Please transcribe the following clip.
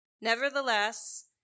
Nevertheless